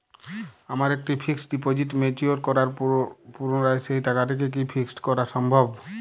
আমার একটি fixed deposit mature করার পর পুনরায় সেই টাকাটিকে কি ফিক্সড করা সম্ভব?